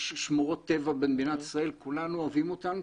יש שמורות טבע במדינת ישראל וכולנו אוהבים אותן,